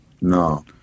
no